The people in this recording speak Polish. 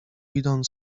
weedon